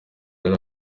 yari